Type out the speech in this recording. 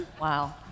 Wow